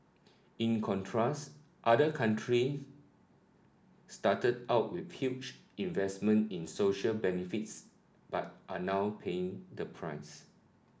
in contrast other country started out with huge investments in social benefits but are now paying the price